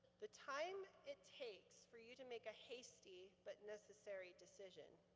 the time it takes for you to make a hasty, but necessary decision.